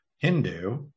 Hindu